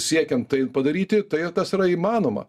siekiant tai padaryti tai tas yra įmanoma